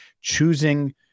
choosing